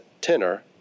tenor